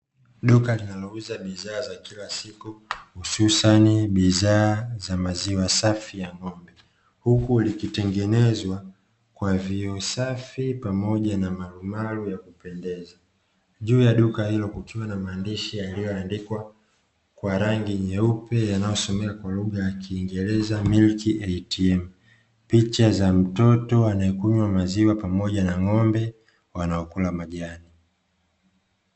Duka linalouza bidhaa za kila siku hususani bidhaa za maziwa safi ya ng'ombe huku likitengenezwa kwa vioo safi pamoja na marumaru ya kupendeza juu ya duka hilo kukiwa na maandishi yaliyoandikwa kwa rangi nyeupe yanayosomea kwa lugha ya kiingereza "Milk ATM", picha za mtoto anayekunywa maziwa pamoja na ng'ombe wanaokula majani.